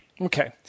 Okay